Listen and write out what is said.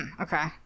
okay